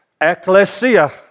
Ecclesia